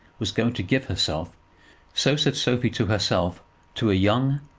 was going to give herself so said sophie to herself to a young,